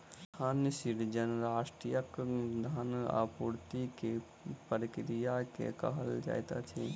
धन सृजन राष्ट्रक धन आपूर्ति के प्रक्रिया के कहल जाइत अछि